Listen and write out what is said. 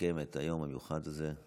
לסכם את היום המיוחד הזה.